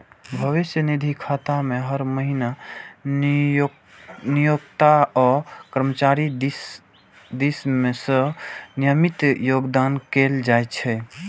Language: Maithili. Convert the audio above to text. भविष्य निधि खाता मे हर महीना नियोक्ता आ कर्मचारी दिस सं नियमित योगदान कैल जाइ छै